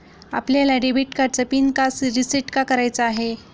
आपल्याला डेबिट कार्डचा पिन का रिसेट का करायचा आहे?